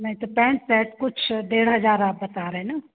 नहीं तो pant pack कुछ डेढ़ हज़ार आप बता रहे हैं ना